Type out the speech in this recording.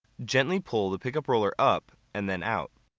gently pull the pickup roller up, and then out.